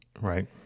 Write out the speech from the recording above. Right